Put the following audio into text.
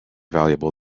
valuable